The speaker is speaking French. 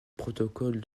protocole